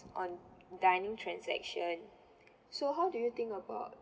on dining transaction so how do you think about